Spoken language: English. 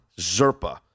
Zerpa